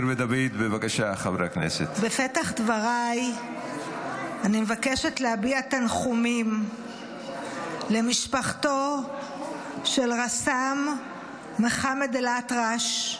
בפתח דבריי אני מבקשת להביע תנחומים למשפחתו של רס"מ מחמד אלאטרש,